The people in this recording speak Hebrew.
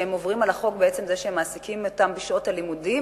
שהם עוברים על החוק בעצם זה שהם מעסיקים אותם בשעות הלימודים,